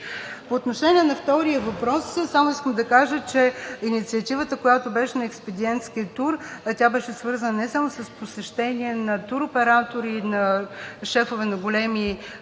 По отношение на втория въпрос само искам да кажа, че инициативата, която беше на експедиентския тур, беше свързана не само с посещение на туроператори, на шефове на големи… на